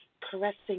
caressing